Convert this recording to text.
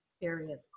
period